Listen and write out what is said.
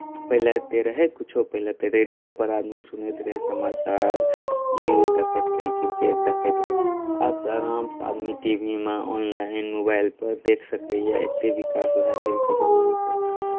पहिले एतेक रहै कुछो पहिले तऽ रेडियोपर आदमी सुनैत रहै समाचार न्यूज़ देखैत रहै क्रिकेट देखैत रहै आब तऽ आरामसँ आदमी टीवीमे ऑनलाइन मोबाइलपर देख सकैए एतेक विकास भए गेल छै दुनिआँके